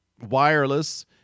wireless